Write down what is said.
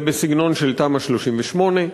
זה בסגנון תמ"א 38,